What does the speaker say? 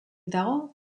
dago